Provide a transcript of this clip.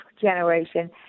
Generation